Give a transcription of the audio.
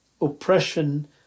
oppression